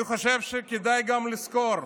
אני חושב גם שכדאי לזכור: